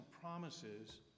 promises